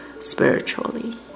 spiritually